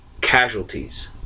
casualties